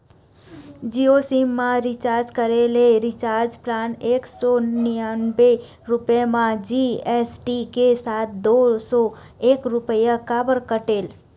Jio sim मा recharge करे ले रिचार्ज प्लान एक सौ निन्यानबे रुपए मा जी.एस.टी के साथ दो सौ एक रुपया काबर कटेल?